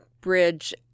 bridge